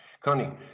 Connie